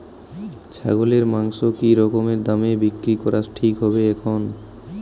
ছাগলের মাংস কী রকম দামে বিক্রি করা ঠিক হবে এখন?